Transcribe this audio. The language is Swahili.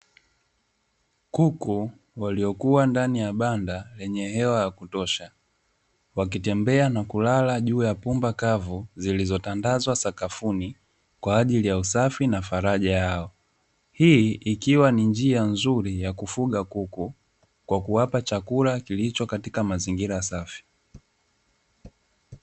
Kuku waliokuwa ndani ya banda lenye hewa ya kutosha wakitembea na kulala juu ya pumba kavu zilizotandazwa sakafuni kwaajili ya usafi na faraja yao, hii ikiwa ni njia nzuri ya kufuga kuku kwa kuwapa chakula kilicho katika mazingira safi.